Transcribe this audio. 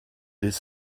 des